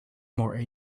more